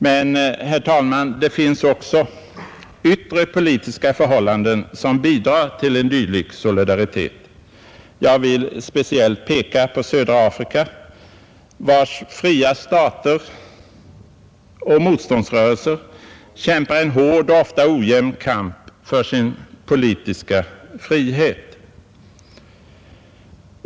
Men, herr talman, det finns också yttre politiska förhållanden som bidrar till en dylik solidaritet. Jag vill speciellt peka på södra Afrika, vars fria stater och motståndsrörelser kämpar en hård och ofta ojämn kamp för sin politiska frihet.